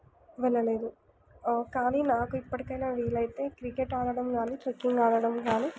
వెళ్ళలేదు కానీ నాకు ఇప్పటికైనా వీలైతే క్రికెట్ ఆడడం కానీ ట్రెక్కింగ్ అనడం కానీ